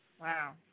Wow